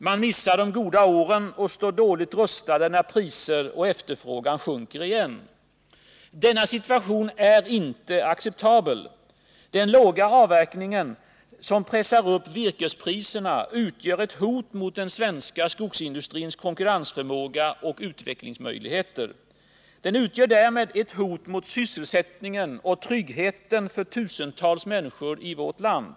Man missar de goda åren och står dåligt rustad när priser och efterfrågan åter sjunker. Denna situation är inte acceptabel. Den låga avverkningen, som pressar upp virkespriserna, utgör ett hot mot den svenska skogsindustrins konkurrensförmåga och utvecklingsmöjligheter. Den utgör därmed ett hot mot sysselsättningen och tryggheten för tusentals människor i vårt land.